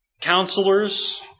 counselors